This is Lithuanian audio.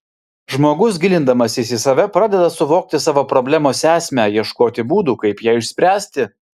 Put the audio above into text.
žmogus gilindamasis į save pradeda suvokti savo problemos esmę ieškoti būdų kaip ją išspręsti